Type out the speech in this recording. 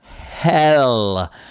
hell